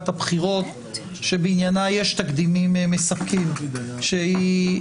הבחירות שבעניינה יש תקדימים מספקים שהיא